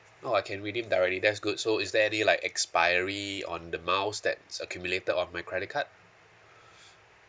oh I can redeem directly that's good so is there any like expiry on the miles that's accumulated on my credit card